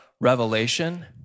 revelation